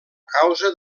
causa